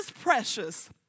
precious